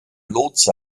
lotse